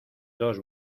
dos